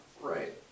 Right